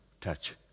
touch